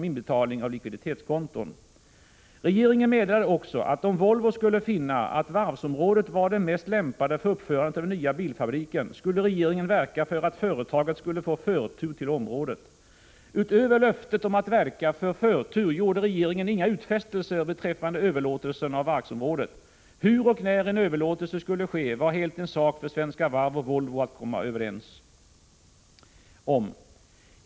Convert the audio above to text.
Regeringen meddelade också att om Volvo skulle finna att varvsområdet var det mest lämpade för uppförandet av den nya bilfabriken skulle regeringen verka för att företaget skulle få förtur till området. Utöver löftet om att verka för förtur gjorde regeringen inga utfästelser beträffande överlåtelsen av varvsområdet. Hur och när en överlåtelse skulle ske var helt en sak för Svenska Varv och Volvo att komma överens om.